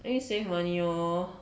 help me save money lor